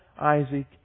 Isaac